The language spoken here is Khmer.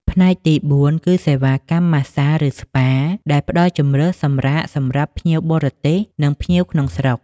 ផ្នែកទីបួនគឺសេវាកម្មម៉ាស្សា ឬស្ពា ដែលផ្តល់ជម្រើសសម្រាកសម្រាប់ភ្ញៀវបរទេស និងភ្ញៀវក្នុងស្រុក។